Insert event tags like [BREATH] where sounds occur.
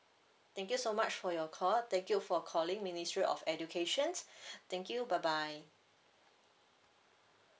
thank you so much for your call thank you for calling ministry of education [BREATH] thank you bye bye